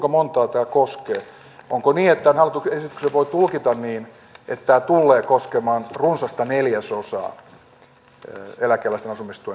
onko niin että tämän hallituksen esityksen voi tulkita niin että tämä tullee koskemaan runsasta neljäsosaa eläkeläisten asumistuen saajista